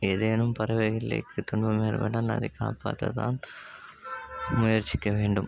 ஏதேனும் பறவைகளுக்கு துன்பம் ஏற்பட்டால் அதை காப்பாற்ற தான் முயற்சிக்க வேண்டும்